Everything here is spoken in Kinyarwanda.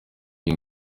iyi